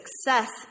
success